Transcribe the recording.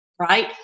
right